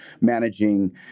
managing